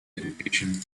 education